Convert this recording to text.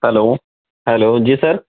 hello hello جی سر